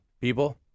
people